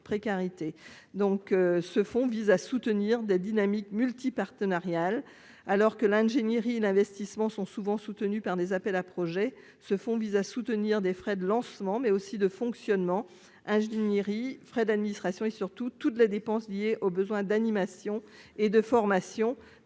ce fonds vise à soutenir des dynamiques multi-partenariale, alors que l'ingénierie, l'investissement sont souvent soutenus par des appels à projets ce fonds vise à soutenir des frais de lancement, mais aussi de fonctionnement ingenierie frais d'administration et surtout toutes les dépenses liées aux besoins d'animation et de formation